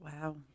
wow